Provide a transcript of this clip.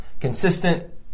Consistent